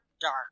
dark